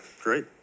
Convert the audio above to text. great